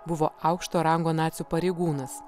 buvo aukšto rango nacių pareigūnas